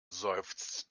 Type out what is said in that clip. seufzt